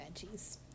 veggies